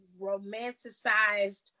romanticized